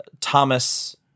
Thomas